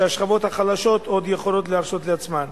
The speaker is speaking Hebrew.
שהשכבות החלשות עוד יכולות להרשות לעצמן.